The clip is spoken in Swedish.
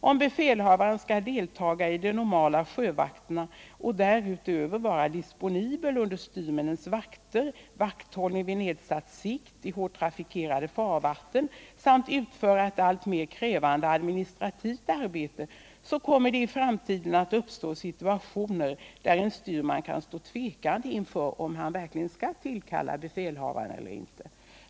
Om befälhavaren skall deltaga i de normala sjövakterna och därutöver vara disponibel under styrmännens vakter, vakthållning vid nedsatt sikt, i hårt trafikerade farvatten samt utföra ett alltmer krävande administrativt arbete m.m., kommer det i framtiden att uppstå situationer där en styrman kan stå tvekande inför om han skall tillkalla befälhavaren eller inte.